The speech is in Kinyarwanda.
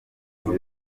baba